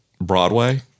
Broadway